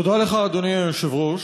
תודה לך, אדוני היושב-ראש.